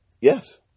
Yes